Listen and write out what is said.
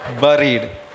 buried